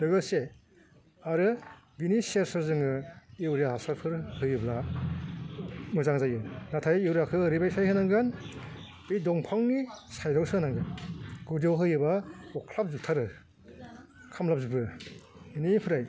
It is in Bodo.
लोगोसे आरो बेनि सेर सेर जोङो इउरिया हासारफोर होयोब्ला मोजां जायो नाथाय इउरियाखौ ओरैबायसा होनांगोन बे दंफांनि साइदावसो होनांगोन गुदियाव होयोब्ला अख्लाबजोबथारो खामफ्रामजोबो बेनिफ्राय